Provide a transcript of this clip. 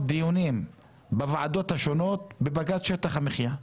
דיונים בוועדות השונות בבג"ץ שטח המחיה.